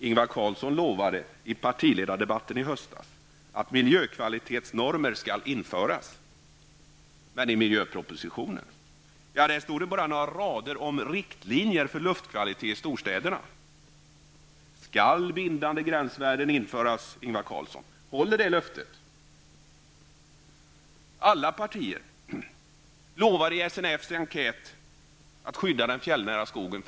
Ingvar Carlsson lovade i partiledardebatten i höstas att miljökvalitetsnormer skall införas. Men i miljöpropositionen stod bara några rader om riktlinjer för luftkvalitet i storstäderna. Skall bindande gränsvärden införas, Ingvar Carlsson? Håller det löftet? Alla partier lovade före förra valet i SNFs enkät att skydda den fjällnära skogen.